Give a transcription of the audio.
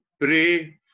pray